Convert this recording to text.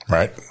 Right